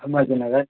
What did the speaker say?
Ammasi Nagar